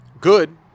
good